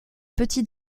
petit